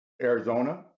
Arizona